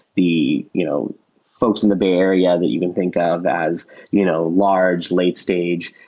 the you know folks in the bay area that you can think of as you know large, late stage,